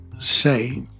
say